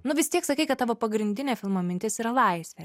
nu vis tiek sakei kad tavo pagrindinė filmo mintis yra laisvė